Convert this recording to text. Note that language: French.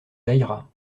daïra